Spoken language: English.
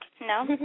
No